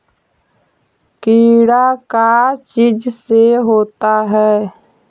कीड़ा का चीज से होता है?